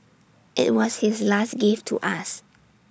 IT was his last gift to us